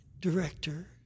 director